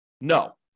No